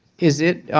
is it